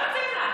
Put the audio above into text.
לא מתאים לך.